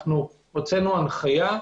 הוצאנו הנחיה,